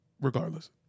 Regardless